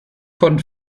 von